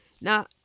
now